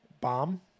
Bomb